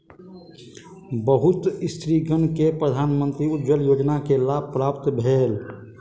बहुत स्त्रीगण के प्रधानमंत्री उज्ज्वला योजना के लाभ प्राप्त भेल